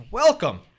welcome